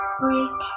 break